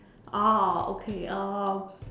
oh okay um